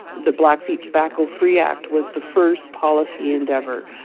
the blackfeet tobacco-free act was the first policy endeavour.